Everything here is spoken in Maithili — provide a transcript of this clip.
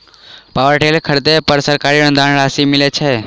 पावर टेलर खरीदे पर सरकारी अनुदान राशि मिलय छैय?